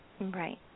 Right